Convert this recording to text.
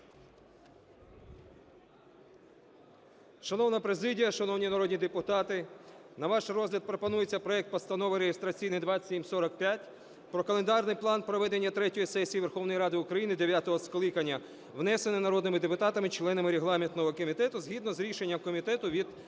Шановна президія, шановні народні депутати! На ваш розгляд пропонується проект Постанови реєстраційний 2745: про календарний план проведення третьої сесії Верховної Ради України дев'ятого скликання, внесений народними депутатами - членами регламентного комітету згідно з рішенням комітету від 15